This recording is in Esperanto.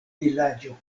vilaĝo